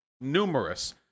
numerous